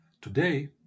today